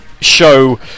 show